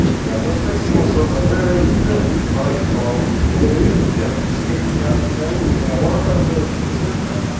now i'm just mixing myself a very thin coat of blue, yeah just to sketch out the scene. now what i've got to do is position it.